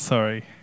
sorry